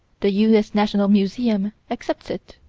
the u s. national museum accepts it.